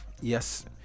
Yes